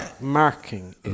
Marking